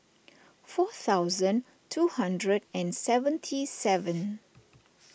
four thousand two hundred and seventy seven